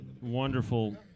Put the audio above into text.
wonderful